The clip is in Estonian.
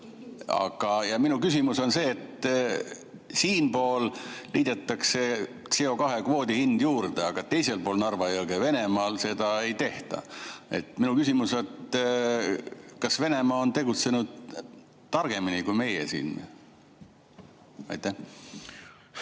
Minu küsimus on see, et siinpool liidetakse CO2‑kvoodi hind juurde, aga teisel pool Narva jõge, Venemaal, seda ei tehta. Minu küsimus on, kas Venemaa on tegutsenud targemini kui meie siin.